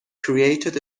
created